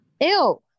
Ew